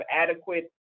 adequate